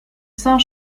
saint